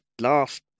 Last